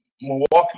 Milwaukee